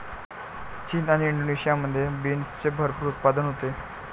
चीन आणि इंडोनेशियामध्ये बीन्सचे भरपूर उत्पादन होते